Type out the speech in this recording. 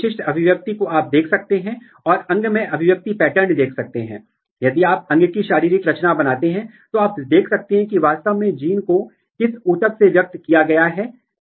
यदि आप सह अभिव्यक्ति को देखते हैं तो आप उन जीनों की पहचान कर सकते हैं जो जिम्मेदार हो सकते हैं या जो समान विकास पथ या समान मेटाबोलिक पथ में कार्य कर रहे हों